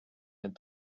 had